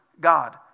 God